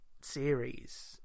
series